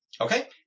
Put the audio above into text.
Okay